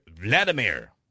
Vladimir